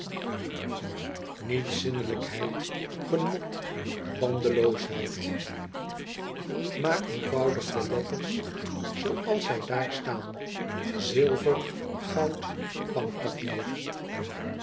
niet zinnelijkheid genot bandeloosheid maar eenvoudig de letters zooals zij daar staan zilver goud bankpapier